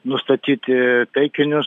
nustatyti taikinius